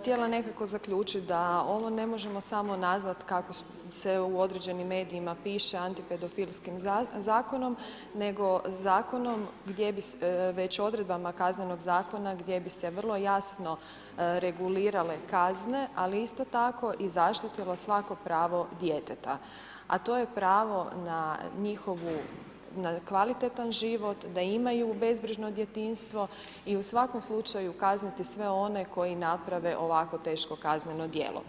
htjela nekako zaključit da ovo ne možemo samo nazvat kako se u određenim medijima piše antipedofilskim zakonom, već odredbama Kaznenog zakona gdje bi se vrlo jasno regulirale kazne, ali isto tako i zaštitilo svako pravo djeteta, a to je pravo na njihovu, na kvalitetan život, da imaju bezbrižno djetinjstvo i u svakom slučaju kazniti sve one koji naprave ovako teško kazneno djelo.